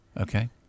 Okay